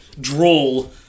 drawl